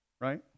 right